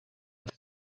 ist